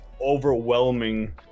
overwhelming